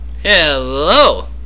Hello